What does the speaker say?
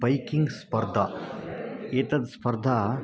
biking स्पर्धा एतत् स्पर्धा